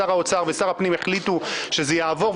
שר האוצר ושר הפנים החליטו שזה יעבור,